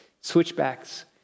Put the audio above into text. switchbacks